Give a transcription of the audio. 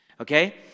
Okay